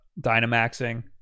Dynamaxing